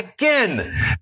again